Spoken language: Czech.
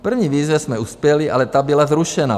V první výzvě jsme uspěli, ale ta byla zrušena.